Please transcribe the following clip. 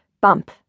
Bump